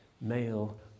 male